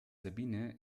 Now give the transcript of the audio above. sabine